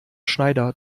schneider